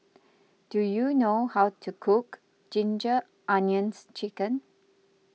do you know how to cook Ginger Onions Chicken